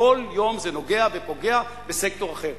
כל יום זה נוגע ופוגע בסקטור אחר.